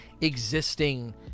existing